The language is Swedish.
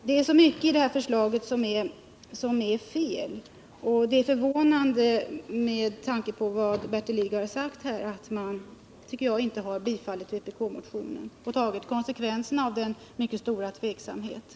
Det är så mycket i detta förslag som är fel, och det är förvånande, med tanke på vad Bertil Lidgard har sagt, att man inte har tillstyrkt vpk-motionen och tagit konsekvenserna av den mycket stora tveksamheten.